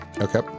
okay